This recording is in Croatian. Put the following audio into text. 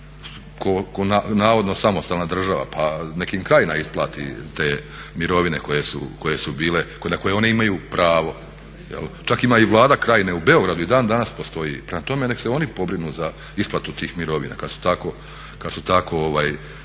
navodno samostalna država, pa nek im Krajina isplati te mirovine koje su bile, na koje one imaju pravo, čak ima i Vlada Krajine u Beogradu, i dan danas postoji, prema tome nek se oni pobrinu za isplatu tih mirovina kad su tako,